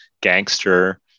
gangster